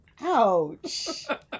ouch